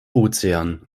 ozean